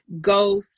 go